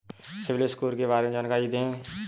CIBIL score के बारे में जानकारी दें?